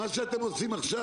מה שאתם עושים עכשיו,